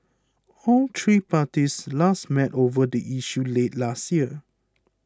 all three parties last met over the issue late last year